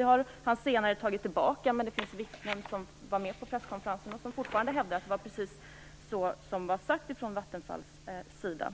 Det har man senare tagit tillbaka, men det finns vittnen som var med på presskonferensen som fortfarande hävdar att det var precis vad som sades från Vattenfalls sida.